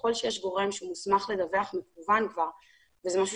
ככל שיש גורם שהוא כבר מוסמך לדווח במקוון וזה משהו